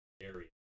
area